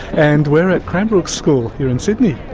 and we're at cranbrook school here in sydney.